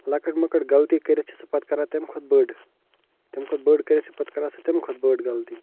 لۄکٕٹ مۄکٕٹ غلطی کٔرِتھ چھِ سُہ پتہٕ کَران تَمہِ کھۄتہٕ بٔڑ تَمہِ کھۄتہٕ بٔڑ کٔرِتھ چھُ پتہٕ کَران سُہ تَمہِ کھۄتہٕ بٔڑ غلطی